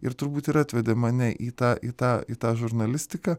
ir turbūt ir atvedė mane į tą į tą į tą žurnalistiką